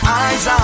eyes